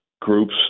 groups